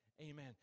Amen